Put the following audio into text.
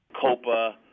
COPA